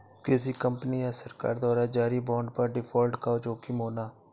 किसी कंपनी या सरकार द्वारा जारी बांड पर डिफ़ॉल्ट का जोखिम होना